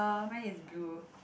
mine is blue